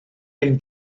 ein